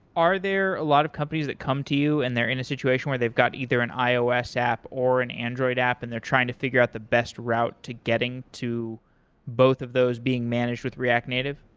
are there a lot of companies that come to you and they're in a situation where they've got either an ios app or an android app and they're trying to figure out the best route to getting to both of those being managed with react native?